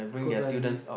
go diving